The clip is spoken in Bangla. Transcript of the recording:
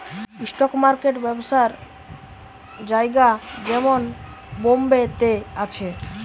স্টক মার্কেট ব্যবসার জায়গা যেমন বোম্বে তে আছে